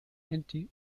anti